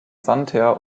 santer